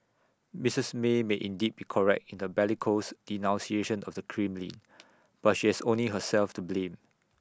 Mrs may may indeed be correct in the bellicose denunciation of the Kremlin but she has only herself to blame